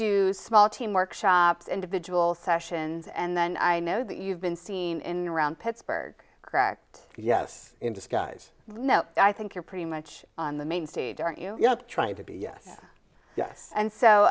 do small team workshops individual sessions and then i know that you've been seen in around pittsburgh correct yes in disguise no i think you're pretty much on the main stage aren't you trying to be yes yes and so